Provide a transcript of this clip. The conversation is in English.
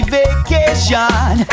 vacation